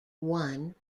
won